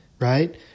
right